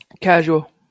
casual